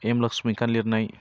M लक्समिका लिरनाय